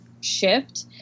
shift